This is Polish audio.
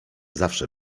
zawsze